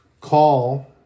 call